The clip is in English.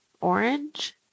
orange